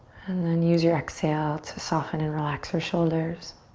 and then use your exhale to soften and relax your shoulders.